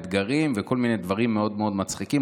האתגרים וכל מיני דברים מאוד מאוד מצחיקים.